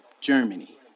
Germany